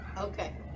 Okay